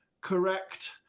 correct